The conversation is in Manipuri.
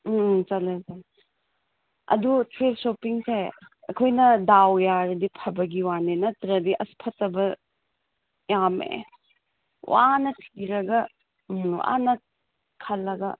ꯎꯝ ꯎꯝ ꯆꯠꯂꯦ ꯆꯠꯂꯦ ꯑꯗꯨ ꯊ꯭ꯔꯤꯐ ꯁꯣꯄꯤꯡꯁꯦ ꯑꯩꯈꯣꯏꯅ ꯗꯥꯎ ꯌꯥꯔꯗꯤ ꯐꯕꯒꯤ ꯋꯥꯅꯦ ꯅꯠꯇ꯭ꯔꯗꯤ ꯑꯁ ꯐꯠꯇꯕ ꯌꯥꯝꯃꯦ ꯋꯥꯅ ꯊꯤꯔꯒ ꯎꯝ ꯋꯥꯅ ꯈꯂꯂꯒ